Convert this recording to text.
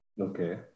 Okay